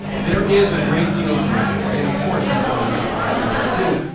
there is a great deal to enjoy and, of course, that's one of the reasons why i do what i do.